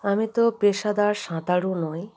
আমি তো পেশাদার সাঁতারু নই